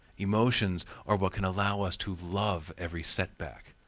emotions are what can allow us to love every setback,